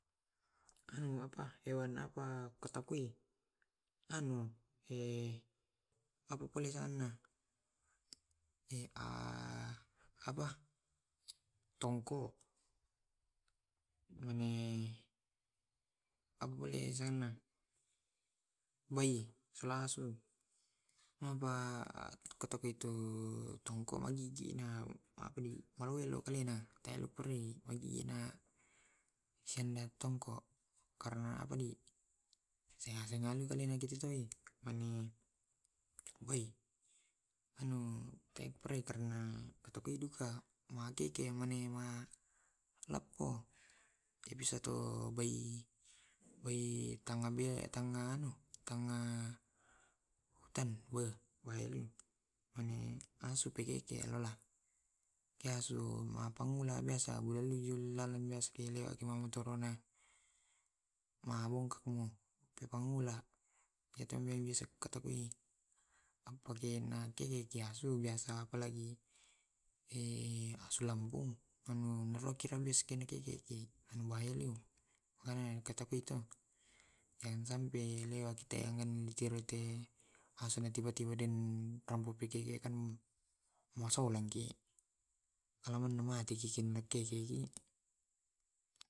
Ataku tu selei jumber nasemakin anu. Iki to ke na kengkeki ular kobra eh tabula malotong arakang. Bisaki matama rumah sakit, bisaki mate tallu sungaejo pai tanduki bayinta. Tanduki tong bahaya tanukaki kojuasu. Kenakengkengki asu to bisa-bisaki rabies anaki ana sesak nafas araga gara-gaa rabies. talluka nasengaejo harumau nasaba disumatra mendaki gungung. Rinduka disumatra tu ki deng harimau itu kutakurang di takutuanajo na anu baling, saba naijoki njo na cikkiki nakengkese kaki. Silong linta na maringkiki itorara sibawa pacet diseluruh tanahta. tanujuga nasilong burung elang nasaba kalau napattoki mapaddi.